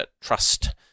Trust